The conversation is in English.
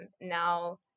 Now